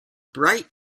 bright